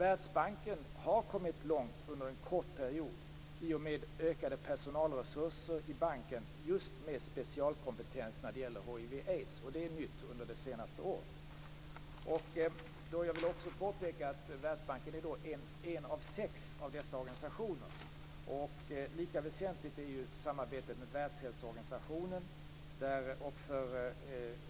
Världsbanken har kommit långt under en kort period, i och med ökade personalresurser i banken med just specialkompetens när det gäller hiv/aids. Det är nytt under de senaste åren. Jag vill också påpeka att Världsbanken är en av dessa sex organisationer. Lika väsentligt är ju samarbetet med Världshälsoorganisationen samt UNHCR.